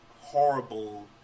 horrible